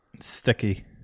Sticky